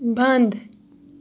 بنٛد